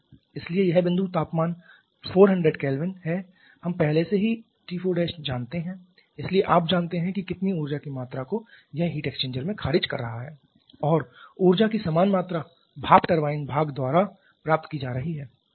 इसलिए यह बिंदु तापमान 400K है हम पहले से ही T4 जानते हैं इसलिए आप जानते हैं कि कितनी ऊर्जा की मात्रा को यह हीट एक्सचेंजर में खारिज कर रहा है और ऊर्जा की समान मात्रा भाप टरबाइन भाग द्वारा प्राप्त की जा रही है